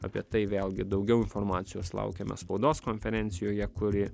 apie tai vėlgi daugiau informacijos laukiame spaudos konferencijoje kuri